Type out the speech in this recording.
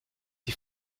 die